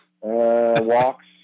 walks